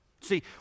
See